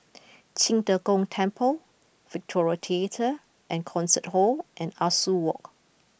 Qing De Gong Temple Victoria Theatre and Concert Hall and Ah Soo Walk